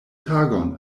tagon